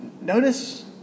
Notice